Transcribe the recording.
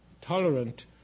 tolerant